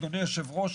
אדוני היושב-ראש,